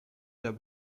der